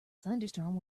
thunderstorm